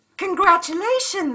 Congratulations